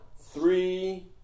three